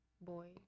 boy